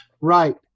right